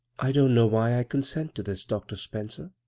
i don't know why i consent to this, dr. spencer,